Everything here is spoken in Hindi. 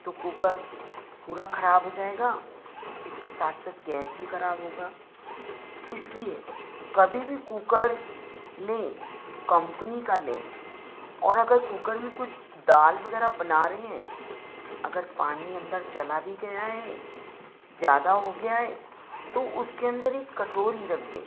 तो कुकर पूरा ख़राब हो जाएगा इसके साथ साथ गैस भी ख़राब होगा इसलिए कभी भी कुकर लें कंपनी का लें और अगर कुकर में कुछ दाल वगैराह बना रहे हैं अगर पानी अन्दर चला भी गया है ज़्यादा हो गया है तो उसके अन्दर ही एक कटोरी रख दें